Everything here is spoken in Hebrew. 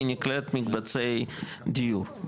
והיא נקראת מקבצי דיור,